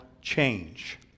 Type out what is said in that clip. change